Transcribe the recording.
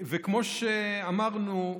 וכמו שאמרנו,